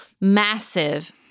massive